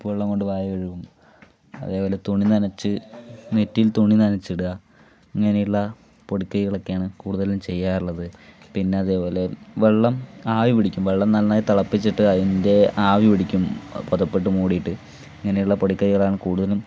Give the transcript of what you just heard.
ഉപ്പ് വെള്ളം കൊണ്ട് വായ കഴുകും അതേപോലെ തുണി നനച്ച് നെറ്റിയിൽ തുണി നനച്ചിടുക അങ്ങനെയുള്ള പൊടിക്കൈകളൊക്കെയാണ് കൂടുതലും ചെയ്യാറുള്ളത് പിന്നതേപോലെ വെള്ളം ആവി പിടിക്കും വെള്ളം നന്നായി തിളപ്പിച്ചിട്ട് അതിൻ്റെ ആവി പിടിക്കും പുതപ്പിട്ട് മൂടിയിട്ട് അങ്ങനെയുള്ള പൊടിക്കൈകളാണ് കൂടുതലും